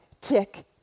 tick